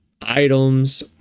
items